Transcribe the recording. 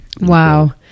Wow